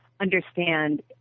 understand